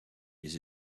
les